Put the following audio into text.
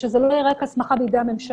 שזה לא יהיה רק הסמכה בידי הממשלה,